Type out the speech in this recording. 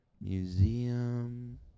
museum